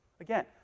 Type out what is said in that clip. Again